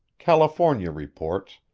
california reports,